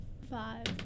Five